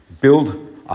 build